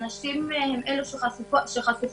הנשים הן אלה שחשופות